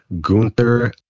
Gunther